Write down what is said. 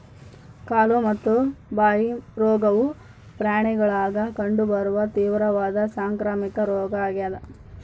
ಕಾಲು ಮತ್ತು ಬಾಯಿ ರೋಗವು ಪ್ರಾಣಿಗುಳಾಗ ಕಂಡು ಬರುವ ತೀವ್ರವಾದ ಸಾಂಕ್ರಾಮಿಕ ರೋಗ ಆಗ್ಯಾದ